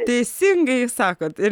teisingai sakot ir